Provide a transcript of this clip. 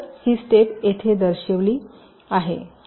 तर ही स्टेप येथे दर्शविली आहे